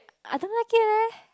I don't like it leh